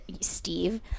Steve-